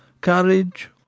courage